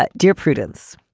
ah dear prudence,